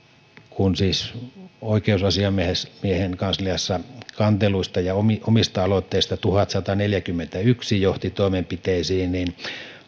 kun siis oikeusasiamiehen kansliassa kanteluista ja omista aloitteista tuhatsataneljäkymmentäyksi johti toimenpiteisiin niin